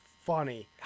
funny